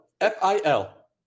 F-I-L